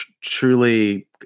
truly